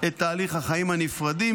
את תהליך החיים הנפרדים,